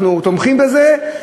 אנחנו תומכים בזה,